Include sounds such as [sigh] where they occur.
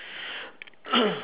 [coughs]